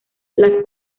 las